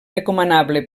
recomanable